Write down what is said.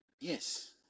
yes